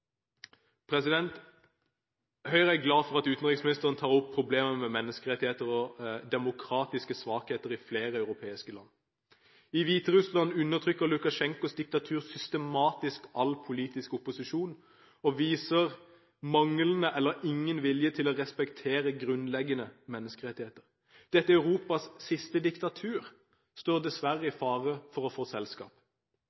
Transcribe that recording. Høyre er glad for at utenriksministeren tar opp problemer med menneskerettigheter og demokratiske svakheter i flere europeiske land. I Hviterussland undertrykker Lukasjenkos diktatur systematisk all politisk opposisjon og viser manglende eller ingen vilje til å respektere grunnleggende menneskerettigheter. Dette Europas siste diktatur står dessverre i